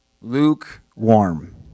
Lukewarm